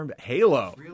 Halo